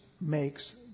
makes